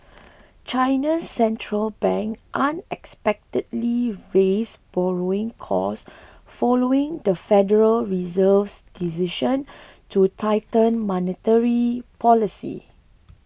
China's Central Bank unexpectedly raised borrowing costs following the Federal Reserve's decision to tighten monetary policy